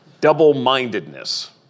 double-mindedness